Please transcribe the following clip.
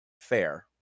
fair